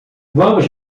vamos